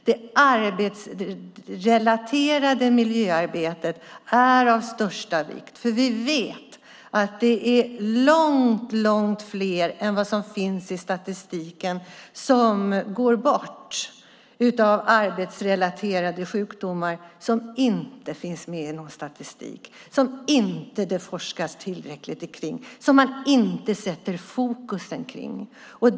Det arbetsrelaterade miljöarbetet är av största vikt, för vi vet att det är långt fler än vad som finns med i statistiken som går bort av arbetsrelaterade sjukdomar som inte finns med i någon statistik, som det inte forskas tillräckligt kring och som man inte sätter fokus på.